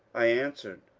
i answered,